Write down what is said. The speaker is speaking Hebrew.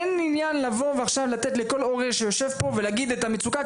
אין עניין לבוא ועכשיו לתת לכל הורה שיושב פה ולהגיד את המצוקה,